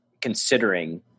considering